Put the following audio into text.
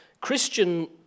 Christian